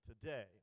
today